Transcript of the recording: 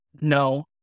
no